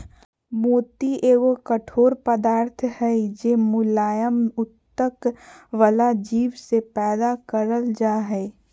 मोती एगो कठोर पदार्थ हय जे मुलायम उत्तक वला जीव से पैदा करल जा हय